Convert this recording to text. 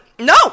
No